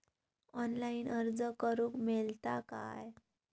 Online अर्ज करूक मेलता काय?